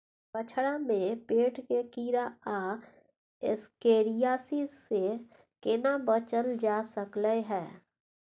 बछरा में पेट के कीरा आ एस्केरियासिस से केना बच ल जा सकलय है?